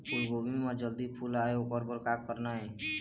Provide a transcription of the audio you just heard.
फूलगोभी म जल्दी फूल आय ओकर बर का करना ये?